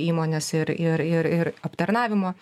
įmones ir ir ir ir aptarnavimo